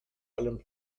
allem